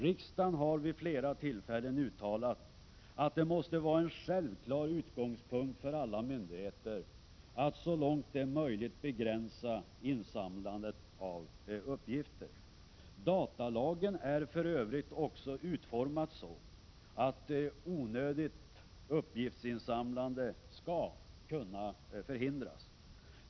Riksdagen har vid flera tillfällen uttalat att det måste vara en självklar utgångspunkt för alla myndigheter att så långt det är möjligt begränsa insamlandet av uppgifter. Datalagen är för övrigt också utformad så, att onödigt uppgiftsinsamlande skall kunna förhindras.